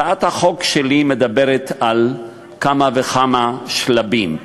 הצעת החוק שלי מדברת על כמה וכמה שלבים.